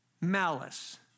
Malice